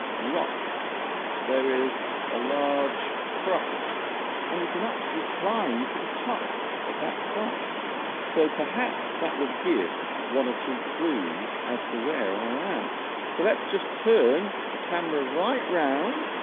rock there is a large cross and you can actually climb to the top of that cross so perhaps that will give one or two clues as to where i am so let's just turn the camera right round